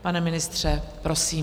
Pane ministře, prosím.